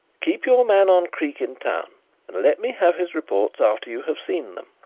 keep your man on creake in town and let me have his reports after you have seen them.